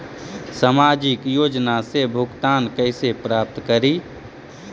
सामाजिक योजना से भुगतान कैसे प्राप्त करी?